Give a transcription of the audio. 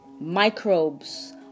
microbes